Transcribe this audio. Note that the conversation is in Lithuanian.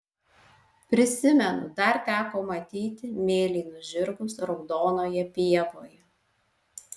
prisimenu dar teko matyti mėlynus žirgus raudonoje pievoje